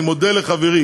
אני מודה לחברי